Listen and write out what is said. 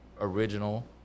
original